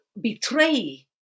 betray